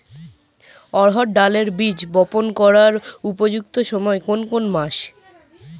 অড়হড় ডালের বীজ বপন করার উপযুক্ত সময় কোন কোন মাস?